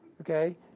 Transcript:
Okay